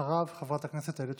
ואחריו, חברת הכנסת איילת שקד.